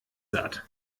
satt